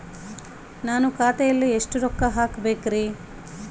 ನಾನು ಖಾತೆಯಲ್ಲಿ ಎಷ್ಟು ರೊಕ್ಕ ಹಾಕಬೇಕ್ರಿ?